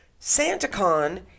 SantaCon